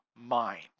mind